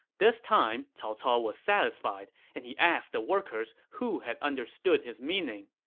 this time, cao cao was satisfied, and he asked the workers who had understood his meaning.